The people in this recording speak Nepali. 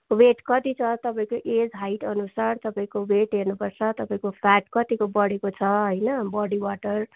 वेट कति छ तपाईँको एज हाइट अनुसार तपाईँको वेट हेर्नुपर्छ तपाईँको फ्याट कतिको बढेको छ होइन बडी वाटर